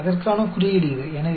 எனவே அதற்கான குறியீடு இது